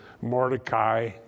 Mordecai